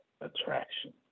attraction